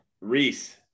reese